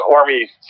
Army